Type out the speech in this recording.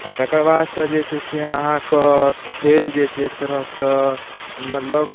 आओर तकरबादसँ जे छै से अहाँके खेल जे छै एक तरहसँ मतलब